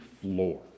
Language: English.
floor